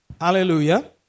Hallelujah